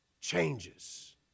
changes